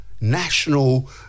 National